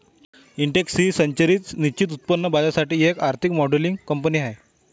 Intex ही संरचित निश्चित उत्पन्न बाजारासाठी एक आर्थिक मॉडेलिंग कंपनी आहे